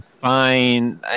fine